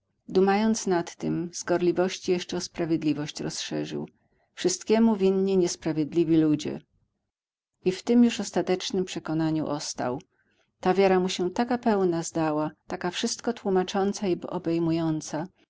inaczej dumając nad tym z gorliwości jeszcze o sprawiedliwość rozszerzył wszystkiemu winni niesprawiedliwi ludzie i w tem już ostatecznym przekonaniu ostał ta wiara mu się taka pełna zdała taka wszystko tłómacząca i obejmująca